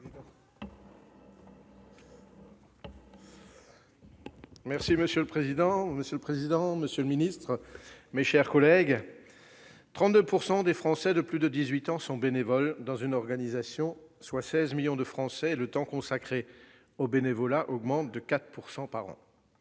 Monsieur le président, monsieur le secrétaire d'État, mes chers collègues, 32 % des Français de plus de 18 ans sont bénévoles dans une organisation, soit 16 millions de nos concitoyens. Le temps consacré au bénévolat augmente de 4 % par an.